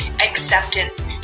acceptance